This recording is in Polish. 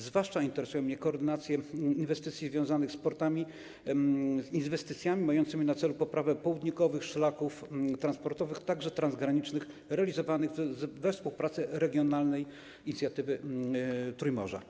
Zwłaszcza interesuje mnie koordynacja inwestycji związanych z portami z inwestycjami mającymi na celu poprawę południkowych szlaków transportowych, także transgranicznych, realizowanych we współpracy regionalnej inicjatywy Trójmorza?